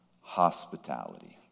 hospitality